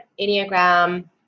enneagram